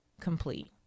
complete